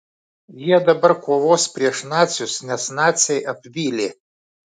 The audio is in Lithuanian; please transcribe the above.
jie dabar kovos prieš nacius nes naciai apvylė